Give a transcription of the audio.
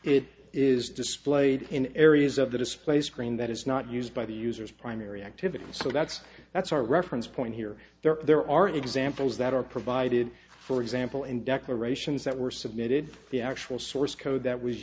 it is displayed in areas of the display screen that is not used by the users primary activity so that's that's a reference point here there are examples that are provided for example in declarations that were submitted from the actual source code that was